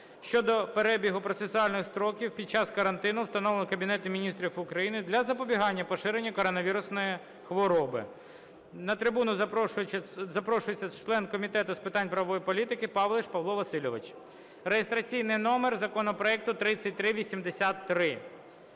щодо перебігу процесуальних строків під час карантину, встановленого Кабінетом Міністрів України для запобігання поширенню коронавірусної хвороби. На трибуну запрошується член Комітету з питань правової політики Павліш Павло Васильович. Реєстраційний номер законопроекту 3383.